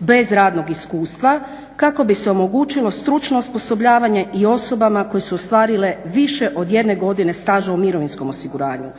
bez radnog iskustva kako bi se omogućilo stručno osposobljavanje i osobama koje su ostvarile više od 1 godine staža u mirovinskom osiguranju.